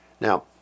Now